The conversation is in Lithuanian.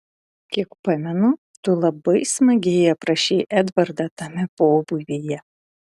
kiek pamenu tu labai smagiai aprašei edvardą tame pobūvyje